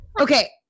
Okay